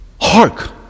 Hark